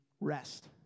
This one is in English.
rest